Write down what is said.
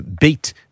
beat